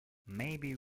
maybe